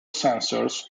sensors